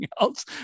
else